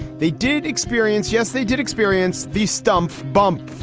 they did experience. yes, they did experience these stump bumps.